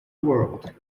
world